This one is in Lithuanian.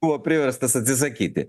buvo priverstas atsisakyti